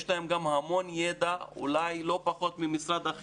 יש להם המון ידע, אולי לא פחות מהמשרד,